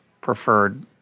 preferred